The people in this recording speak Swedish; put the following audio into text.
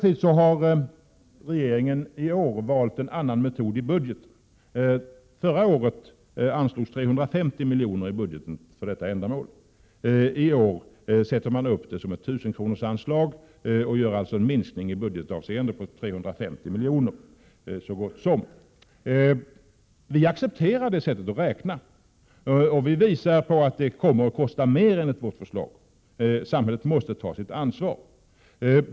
I år har regeringen emellertid valt en annan metod i budgeten. Förra året anslogs 350 milj.kr. i budgeten för detta ändamål. I år sätter man upp det som ett s.k. tusenkronorsanslag. Man gör alltså en minskning i budgetavse 9 ende på så gott som 350 milj. Vi accepterar det sättet att räkna. Vi visar på att det kommer att kosta mer än vårt förslag. Samhället måste ta sitt ansvar.